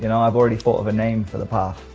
and i've already thought of a name for the path!